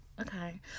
Okay